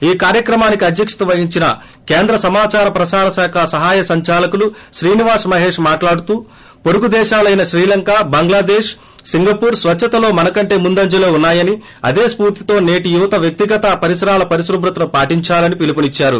ఈ కార్యక్రమానికి అధ్యక్షత వహించిన కేంద్ర సమాచార ప్రసారశాఖ సహాయ సంచాలకులు శ్రీనివాస్ మహేష్ మాట్లాడుతూ పొరుగు దేశాలైన శ్రీలంక బంగ్లాదేశ్ సింగపూర్ స్వచ్చతలో మన కంటే ముందంజలో ఉన్నాయని అదే స్పూర్తితో నేటి యువత వ్యక్తిగత పరిసరాల పరిశుభ్రతను పాటిందాలని పిలుపునిచ్చారు